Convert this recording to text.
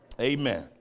amen